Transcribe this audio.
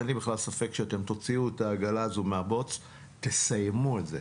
אין לי בכלל ספק שאתם תוציאו את העגלה הזאת מהבוץ ותסיימו את זה,